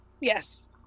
Yes